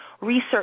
research